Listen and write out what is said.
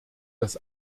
das